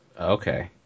Okay